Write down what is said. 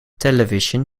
television